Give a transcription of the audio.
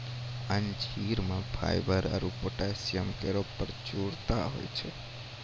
अंजीर म फाइबर आरु पोटैशियम केरो प्रचुरता होय छै